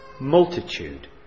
multitude